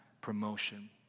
promotion